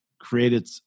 created